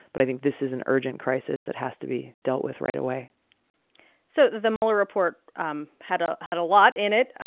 but i think this is an urgent crisis that has to be dealt with right away so the mueller report um had ah had a lot in it,